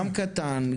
גם קטן,